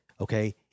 Okay